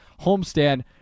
homestand